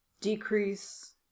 decrease